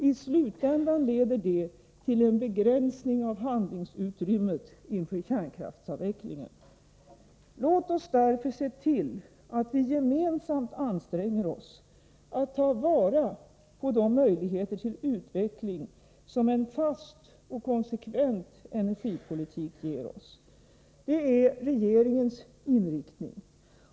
I slutändan leder detta till en begränsning av handlingsutrymmet inför kärnkraftsavvecklingen. Låt oss därför se till att vi gemensamt anstränger oss att ta vara på de möjligheter till utveckling som en fast och konsekvent energipolitik ger oss. Det är regeringens inriktning.